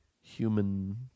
human